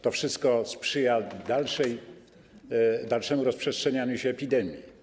To wszystko sprzyja dalszemu rozprzestrzenianiu się epidemii.